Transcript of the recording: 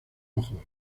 ojos